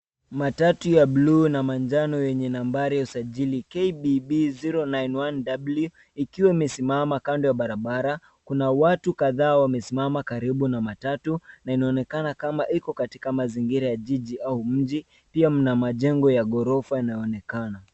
Matatu ya bluu na manjano yenye nambari ya usajili KDB 091W ikiwa imesimama kando ya barabara. Kuna watu kadhaa wamesimama karibu na matatu na inaonekana kama iko katika mazingira ya jiji au mji. Pia mna majengo ya ghorofa inaonekana.